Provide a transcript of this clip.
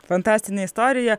fantastinė istorija